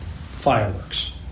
Fireworks